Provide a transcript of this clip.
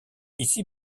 ici